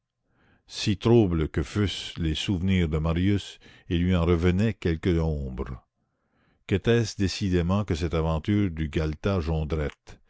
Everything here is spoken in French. si troubles que fussent les souvenirs de marius il lui en revenait quelque ombre qu'était-ce décidément que cette aventure du galetas jondrette